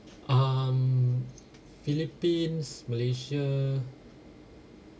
um philippines malaysia